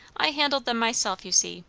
i handled them myself, you see,